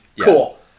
Cool